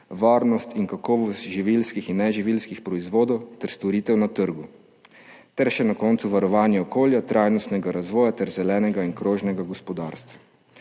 varnost in kakovost živilskih in neživilskih proizvodov ter storitev na trgu, na koncu še varovanje okolja, trajnostnega razvoja ter zelenega in krožnega gospodarstva.